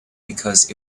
because